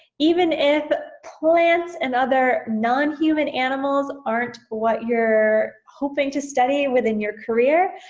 even if plants and other nonhuman animals aren't what you're hoping to study within your career.